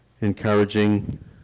encouraging